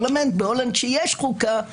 חברת הכנסת לשעבר מיכל בירן ואחריה